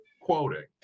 quoting